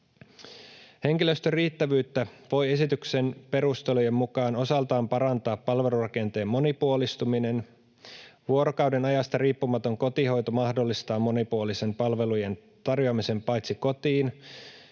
Henkilöstön riittävyyttä voi esityksen perustelujen mukaan osaltaan parantaa palvelurakenteen monipuolistuminen. Vuorokaudenajasta riippumaton kotihoito mahdollistaa monipuolisen palvelujen tarjoamisen paitsi kotiin